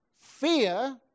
Fear